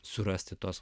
surasti tos